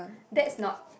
that is not